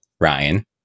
Ryan